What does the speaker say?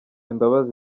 imbabazi